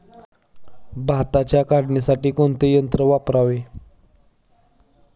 भाताच्या काढणीसाठी कोणते यंत्र वापरावे?